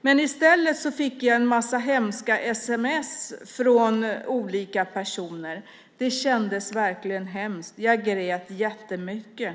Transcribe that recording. Men i stället fick jag en massa hemska sms från olika personer. Det kändes verkligen hemskt. Jag grät jättemycket.